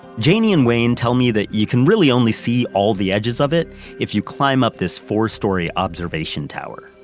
janie and wayne tell me that you can really only see all the edges of it if you climb up this four-story observation tower.